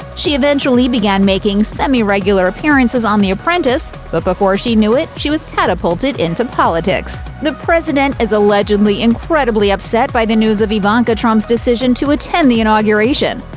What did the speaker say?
she eventually began making semi-regular appearances on the apprentice but before she knew it, she was catapulted into politics. the president is allegedly incredibly upset by the news of ivanka trump's decision to attend the inauguration.